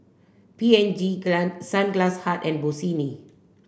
P and G Sunglass Hut and Bossini